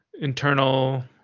internal